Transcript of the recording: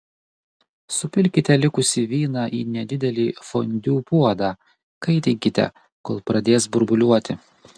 supilkite likusį vyną į nedidelį fondiu puodą kaitinkite kol pradės burbuliuoti